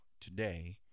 today